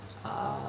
ah